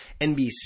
NBC